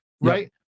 right